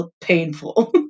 painful